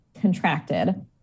contracted